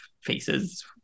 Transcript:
faces